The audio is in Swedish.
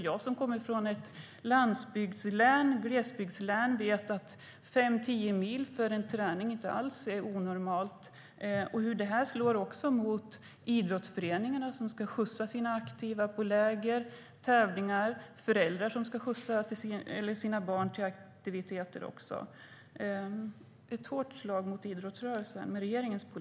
Jag som kommer från ett glesbygdslän vet att fem-tio mil för att ta sig till en träning inte alls är onormalt, och det slår även mot idrottsföreningarna som ska skjutsa sina aktiva på läger och tävlingar samt mot föräldrar som ska skjutsa sina barn till aktiviteter. Regeringens politik är ett hårt slag mot idrottsrörelsen.